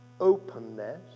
Openness